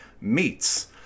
meets